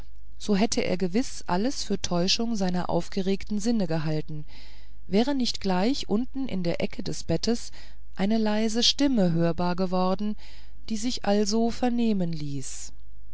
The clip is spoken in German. so hätte er gewiß alles für täuschung seiner aufgeregten sinne gehalten wäre nicht gleich unten in der ecke des bettes eine leise stimme hörbar geworden die sich also vernehmen ließ